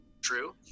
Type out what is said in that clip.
true